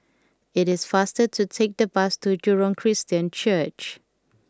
it is faster to take the bus to Jurong Christian Church